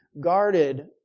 guarded